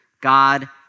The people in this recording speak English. God